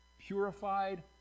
purified